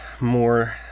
more